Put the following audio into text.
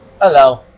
Hello